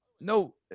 no